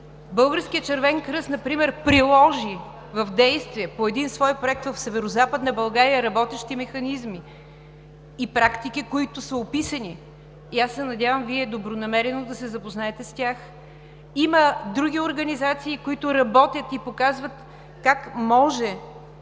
Българският Червен кръст например приложи в действие по един свой проект в Северозападна България работещи механизми и практики, които са описани, и аз се надявам Вие добронамерено да се запознаете с тях. Има други организации, които работят и показват как може.